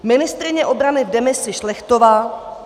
Ministryně obrany v demisi Šlechtová...